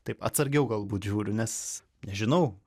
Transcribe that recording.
taip atsargiau galbūt žiūriu nes nežinau